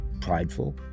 prideful